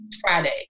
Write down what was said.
Friday